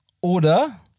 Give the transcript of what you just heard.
oder